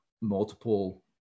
multiple